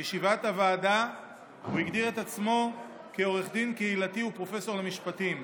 בישיבת הוועדה הוא הגדיר את עצמו כעורך דין קהילתי ופרופסור למשפטים.